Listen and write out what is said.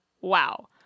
Wow